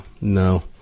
no